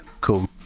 cool